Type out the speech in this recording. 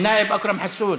אל-נאאב אכרם חסון,